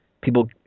people